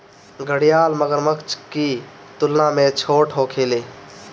घड़ियाल मगरमच्छ की तुलना में छोट होखेले